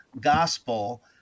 gospel